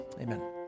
Amen